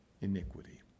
iniquity